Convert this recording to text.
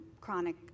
chronic